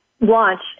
launch